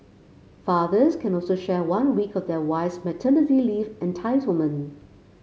fathers can also share one week of their wife's maternity leave entitlement